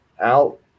out